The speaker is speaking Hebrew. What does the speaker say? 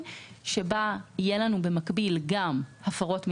שבה יהיו לנו במקביל גם הפרות מינהליות,